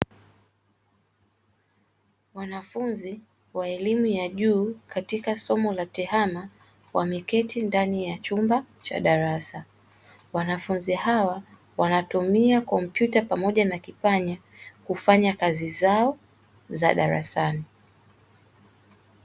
Wanafunzi wa elimu ya juu katika somo la tehama wameketi ndani ya chumba cha darasa, wanafunzi hawa wanatumia kompyuta pamoja na kipanya kufanya kazi zao za darasani.